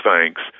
thanks